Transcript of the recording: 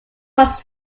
was